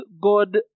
God